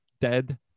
dead